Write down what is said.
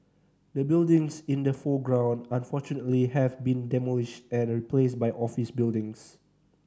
the buildings in the foreground unfortunately have been demolished and replaced by office buildings